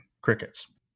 Crickets